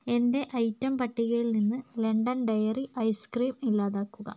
എന്റെ ഐറ്റം പട്ടികയിൽ നിന്ന് ലണ്ടൻ ഡെയറി ഐസ്ക്രീം ഇല്ലാതാക്കുക